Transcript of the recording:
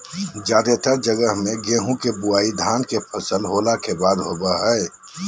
जादेतर जगह मे गेहूं के बुआई धान के फसल होला के बाद होवो हय